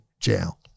Jail